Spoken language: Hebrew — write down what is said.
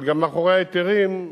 אבל גם מאחורי ההיתרים,